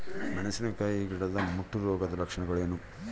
ಮೆಣಸಿನಕಾಯಿ ಗಿಡದ ಮುಟ್ಟು ರೋಗದ ಲಕ್ಷಣಗಳೇನು?